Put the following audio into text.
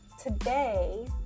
today